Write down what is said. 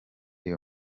real